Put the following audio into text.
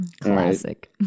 classic